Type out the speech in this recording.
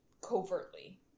covertly